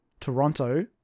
Toronto